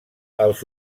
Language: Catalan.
els